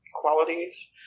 qualities